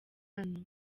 hano